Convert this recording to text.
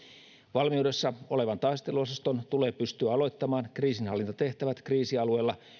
valmiudessa olevan taisteluosaston tulee pystyä aloittamaan kriisinhallintatehtävät kriisialueilla